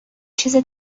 چیزه